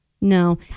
no